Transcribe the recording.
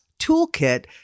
toolkit